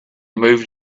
moved